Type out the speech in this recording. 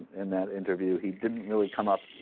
in that interview he didn't really come up